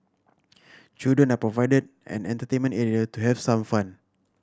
children are provided an entertainment area to have some fun